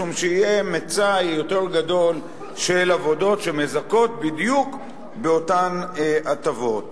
משום שיהיה מצאי יותר גדול של עבודות שמזכות בדיוק באותן הטבות.